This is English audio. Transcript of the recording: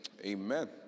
Amen